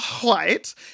white